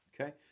Okay